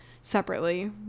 separately